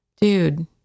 dude